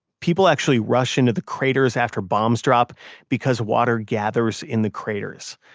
people actually rushed into the craters after bombs drop because water gathers in the craters.